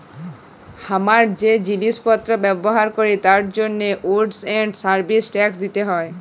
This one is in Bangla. হামরা যে জিলিস পত্র ব্যবহার ক্যরি তার জন্হে গুডস এন্ড সার্ভিস ট্যাক্স দিতে হ্যয়